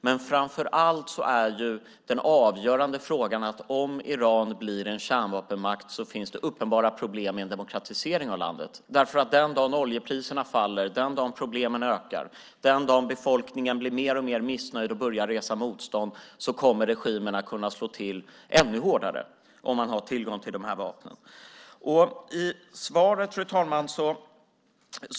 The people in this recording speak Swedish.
Men framför allt är den avgörande frågan att om Iran blir en kärnvapenmakt finns det uppenbara problem i en demokratisering av landet, därför att den dag som oljepriserna faller, den dag som problemen ökar och den dag som befolkningen blir mer och mer missnöjd och börjar resa motstånd kommer regimen att kunna slå till ännu hårdare om man har tillgång till dessa vapen. Fru talman!